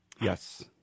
yes